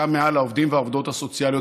גם מעל העובדים והעובדות הסוציאליות,